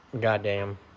Goddamn